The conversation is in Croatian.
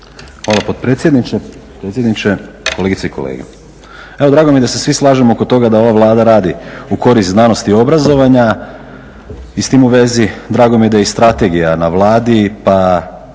Hvala potpredsjedniče, predsjedniče, kolegice i kolege. Evo, drago mi je da se svi slažemo oko toga da ova Vlada radi u korist znanosti i obrazovanja i s tim u vezi dragom mi je da i strategija na Vladi, pa